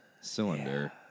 cylinder